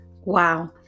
Wow